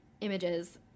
images